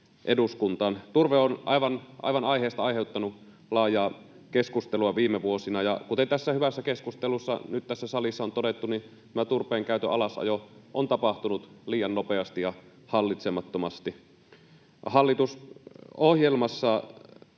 Turve on aivan aiheesta aiheuttanut laajaa keskustelua viime vuosina, ja kuten tässä hyvässä keskustelussa nyt tässä salissa on todettu, tämä turpeenkäytön alasajo on tapahtunut liian nopeasti ja hallitsemattomasti.